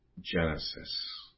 Genesis